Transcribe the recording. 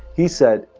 he said,